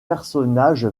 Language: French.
personnage